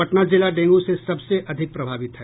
पटना जिला डेंगू से सबसे अधिक प्रभावित है